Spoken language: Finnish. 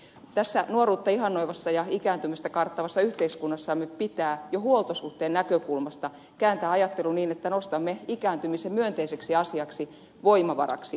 tässä nuoruutta ihannoivassa ja ikääntymistä karttavassa yhteiskunnassamme pitää jo huoltosuhteen näkökulmasta kääntää ajattelu niin että nostamme ikääntymisen myönteiseksi asiaksi voimavaraksi